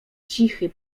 cichy